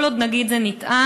כל עוד נגיד שזה "נטען",